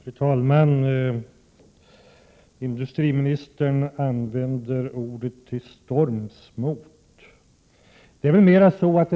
Fru talman! Industriministern använder uttrycket gå till storms mot.